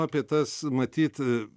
apie tas matyt